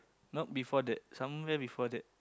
not before that somewhere before that